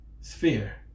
Sphere